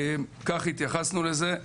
כך התייחסנו לזה.